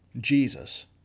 Jesus